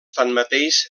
tanmateix